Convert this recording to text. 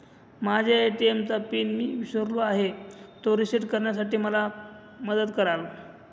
माझ्या ए.टी.एम चा पिन मी विसरलो आहे, तो रिसेट करण्यासाठी मला मदत कराल?